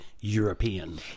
European